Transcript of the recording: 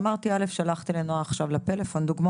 עוד לפני